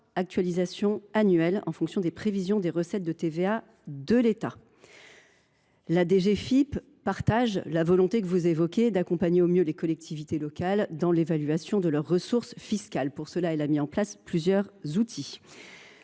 actualisations annuelles, en fonction des prévisions des recettes de TVA. La DGFiP partage votre volonté d’accompagner au mieux les collectivités locales dans l’évaluation de leurs ressources fiscales ; pour cela, elle a mis en place plusieurs outils.